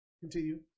continue